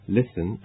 Listen